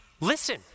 listen